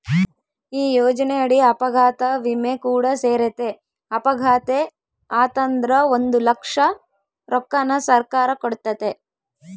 ಈ ಯೋಜನೆಯಡಿ ಅಪಘಾತ ವಿಮೆ ಕೂಡ ಸೇರೆತೆ, ಅಪಘಾತೆ ಆತಂದ್ರ ಒಂದು ಲಕ್ಷ ರೊಕ್ಕನ ಸರ್ಕಾರ ಕೊಡ್ತತೆ